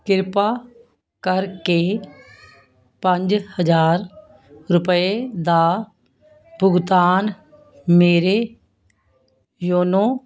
ਕਿਰਪਾ ਕਰਕੇ ਪੰਜ ਹਜ਼ਾਰ ਰੁਪਏ ਦਾ ਭੁਗਤਾਨ ਮੇਰੇ ਯੋਨੋ